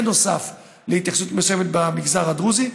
בנוסף להתייחסות מסוימת למגזר הדרוזי.